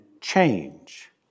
change